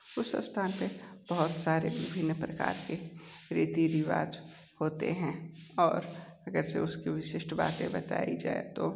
उस स्थान पे बहुत सारे विभिन्न प्रकार के रीति रिवाज होते हैं और अगर से उसकी विशिष्ट बातें बताई जाए तो